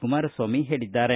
ಕುಮಾರಸ್ವಾಮಿ ಹೇಳಿದ್ದಾರೆ